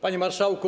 Panie Marszałku!